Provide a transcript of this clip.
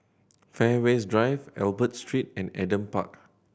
Fairways Drive Albert Street and Adam Park